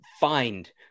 Find